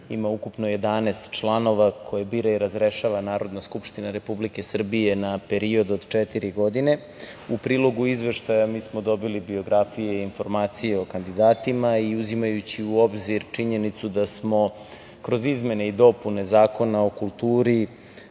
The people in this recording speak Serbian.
ima ukupno 11 članova koje bira i razrešava Narodna skupština Republike Srbije na period od četiri godine. U prilogu izveštaja mi smo dobili biografije i informacije o kandidatima i uzimajući u obzir činjenicu da smo kroz izmene i dopune Zakona o kulturi